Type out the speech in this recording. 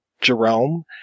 Jerome